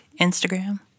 instagram